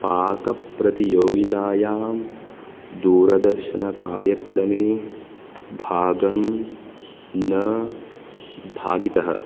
पाकप्रतियोगितायां दूरदर्शनकार्यक्रमे भागं न भागितः